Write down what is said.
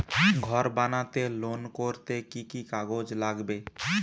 ঘর বানাতে লোন করতে কি কি কাগজ লাগবে?